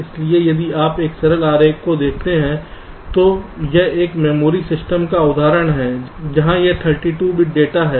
इसलिए यदि आप इस सरल आरेख को देखते हैं तो यह एक मेमोरी सिस्टम का उदाहरण है जहां यह 32 बिट डेटा है